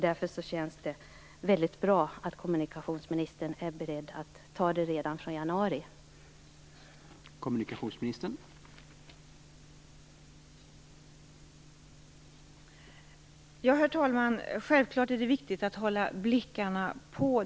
Därför känns det väldigt bra att kommunikationsministern är beredd att ta tag i det här redan fr.o.m. januari.